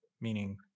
meaning